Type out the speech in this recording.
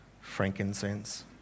frankincense